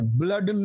blood